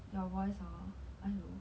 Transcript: your voice orh !aiyo!